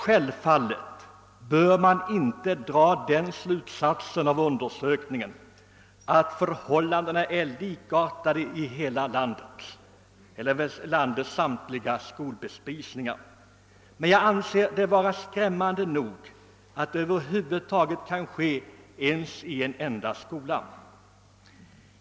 Självfallet bör man inte dra den slutsatsen av undersökningen att förhållandena är likartade i landets samtliga skolbespisningar, men jag anser det vara skrämmande nog att det över huvud taget kan ske i en skola.